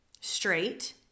straight